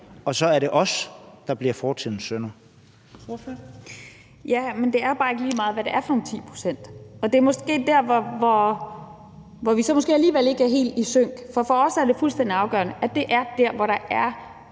Ordføreren. Kl. 17:51 Zenia Stampe (RV): Ja, men det er bare ikke lige meget, hvad det er for nogle 10 pct. Og det er måske der, hvor vi så måske alligevel ikke er helt i sync. For for os er det fuldstændig afgørende, at det er der, hvor der er